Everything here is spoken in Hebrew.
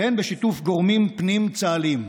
והן בשיתוף גורמים פנים-צה"ליים.